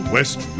West